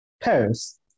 Paris